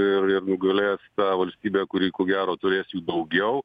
ir ir nugalėt tą valstybę kuri ko gero turės jų daugiau